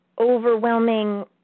overwhelming